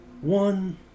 one